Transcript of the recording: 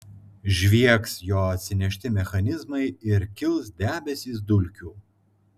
žviegs jo atsinešti mechanizmai ir kils debesys dulkių